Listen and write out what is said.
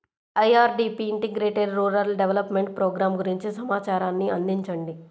IRDP integrated rural development programme గురించి సమాచారాన్ని అందించండి?